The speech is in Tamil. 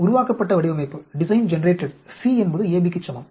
உருவாக்கப்பட்ட வடிவமைப்பு C என்பது AB க்கு சமம்